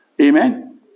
Amen